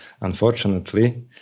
unfortunately